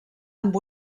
amb